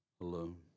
alone